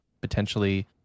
potentially